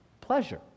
pleasure